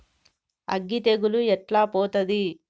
అగ్గి తెగులు ఎట్లా పోతది?